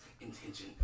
intention